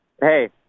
Hey